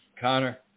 Connor